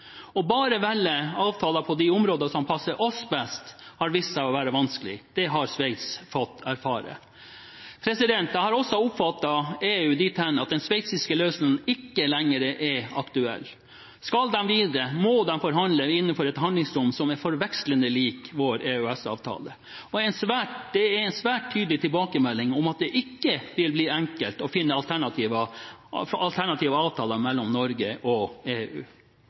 Bare å velge avtaler på de områder som passer oss best, har vist seg å være vanskelig. Det har Sveits fått erfare. Jeg har oppfattet EU dit hen at den sveitsiske løsningen ikke lenger er aktuell. Skal de videre, må de forhandle innenfor et handlingsrom som er forvekslende likt vår EØS-avtale. Det er en svært tydelig tilbakemelding om at det ikke vil bli enkelt å finne alternative avtaler mellom Norge og EU.